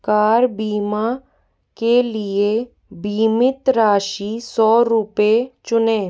car बीमा के लिए बीमित राशि सौ रुपये चुनें